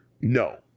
No